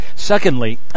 Secondly